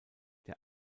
der